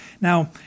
Now